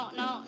no